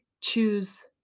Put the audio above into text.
choose